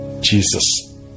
Jesus